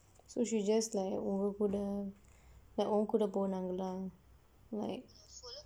so she just like உங்கள் கூட:ungkal kuuda like உங்கள் கூட போனாங்களா:ungkal kuuda poonaagkalaa like